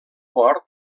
port